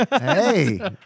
Hey